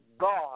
God